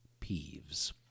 peeves